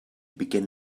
begin